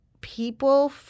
people